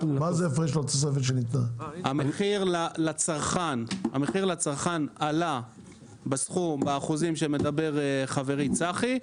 המחיר לצרכן עלה באחוזים שעליהם מדבר חברי, צחי,